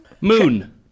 Moon